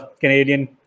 Canadian